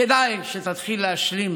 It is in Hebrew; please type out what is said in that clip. כדאי שתתחיל להשלים